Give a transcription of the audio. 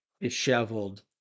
disheveled